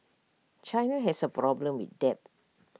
China has A problem with debt